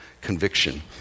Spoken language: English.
conviction